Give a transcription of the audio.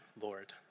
Lord